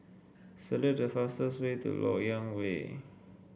select the fastest way to LoK Yang Way